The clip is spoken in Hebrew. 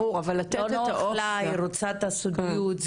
היא רוצה את הסודיות,